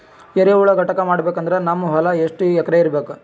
ಎರೆಹುಳ ಘಟಕ ಮಾಡಬೇಕಂದ್ರೆ ನಮ್ಮ ಹೊಲ ಎಷ್ಟು ಎಕರ್ ಇರಬೇಕು?